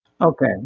Okay